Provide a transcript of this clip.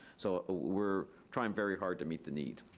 so we're trying very hard to meet the needs.